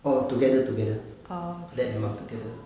oh together together dad and mum together